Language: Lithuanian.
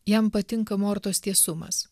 jam patinka mortos tiesumas